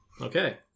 Okay